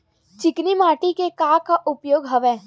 चिकनी माटी के का का उपयोग हवय?